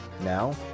Now